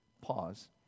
pause